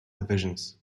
divisions